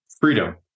Freedom